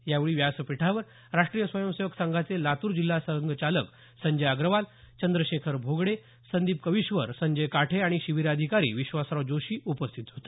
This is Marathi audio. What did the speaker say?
यावेळी व्यासपीठावर राष्ट्रीय स्वयंसेवक संघाचे लातूर जिल्हा संघचालक संजय अग्रवाल चंद्रशेखर भोगडे संदिप कविश्वर संजय काठे आणि शिबिराधिकारी विश्वासराव जोशी उपस्थित होते